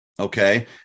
Okay